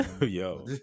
yo